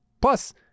Plus